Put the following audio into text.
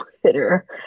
Twitter